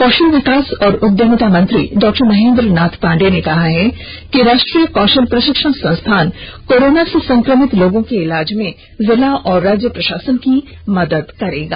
कौशल विकास और उद्यमिता मंत्री डॉक्टर महेंद्र नाथ पाण्डेय ने कहा है कि राष्ट्रीय कौशल प्रशिक्षण संस्थान कोरोना से संक्रमित लोगों के इलाज में जिला और राज्य प्रशासन की मदद करेंगे